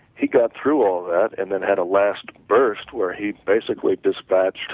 he got through all that and then had a last burst where he basically dis-batched